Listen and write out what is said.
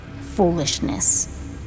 Foolishness